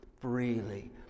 freely